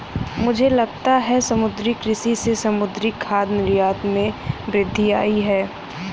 मुझे लगता है समुद्री कृषि से समुद्री खाद्य निर्यात में वृद्धि आयी है